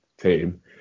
team